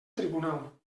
tribunal